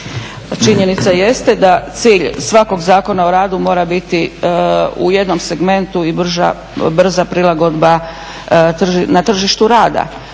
Činjenica jeste da cilj svakog Zakona o radu mora biti u jednom segmentu, i brza prilagodba na tržištu rada,